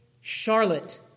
Charlotte